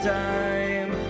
time